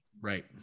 Right